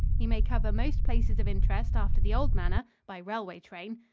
he may cover most places of interest after the old manner, by railway train.